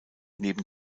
neben